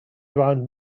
around